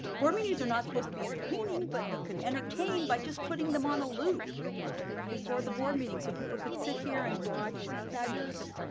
board meetings are not supposed to be entertaining but we could entertain by just putting them on a loop before the board meeting so people could sit here and watch fabulous,